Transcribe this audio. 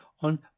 on